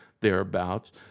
thereabouts